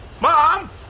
Mom